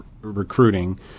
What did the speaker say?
recruiting